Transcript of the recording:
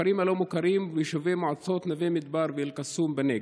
בכפרים הלא-מוכרים וביישובי מועצות נווה מדבר ואל-קסום בנגב.